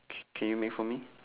c~ can you make for me